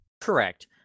Correct